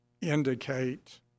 indicate